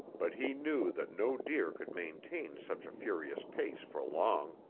but he knew that no deer could maintain such a furious pace for long.